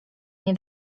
nie